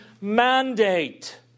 mandate